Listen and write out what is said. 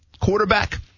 quarterback